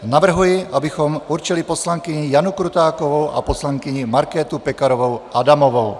Navrhuji, abychom určili poslankyni Janu Krutákovou a poslankyni Markétu Pekarovou Adamovou.